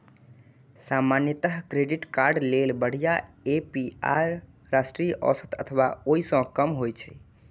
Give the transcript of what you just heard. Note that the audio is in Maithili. सामान्यतः क्रेडिट कार्ड लेल बढ़िया ए.पी.आर राष्ट्रीय औसत अथवा ओइ सं कम होइ छै